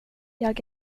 jag